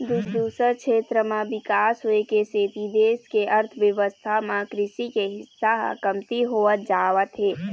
दूसर छेत्र म बिकास होए के सेती देश के अर्थबेवस्था म कृषि के हिस्सा ह कमती होवत जावत हे